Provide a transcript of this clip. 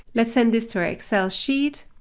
let's send this to our excel sheet.